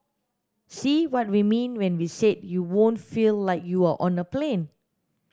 see what we mean when we said you won't feel like you're on a plane